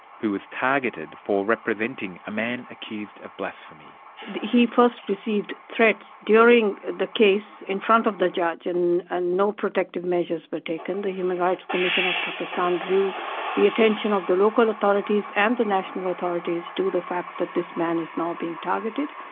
who was targeted for representing a man accused of blasphemy. he first received threats during the case in front of the judge and ah no protective measures were but taken. the human rights commission of pakistan drew the attention of the local authorities and the national authorities to the fact that this man is now being targeted.